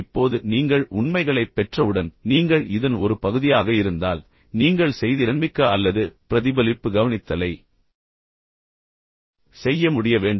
இப்போது நீங்கள் உண்மைகளைப் பெற்றவுடன் நீங்கள் இதன் ஒரு பகுதியாக இருந்தால் நீங்கள் செய்திறன்மிக்க அல்லது பிரதிபலிப்பு கவனித்தலை செய்ய முடிய வேண்டும்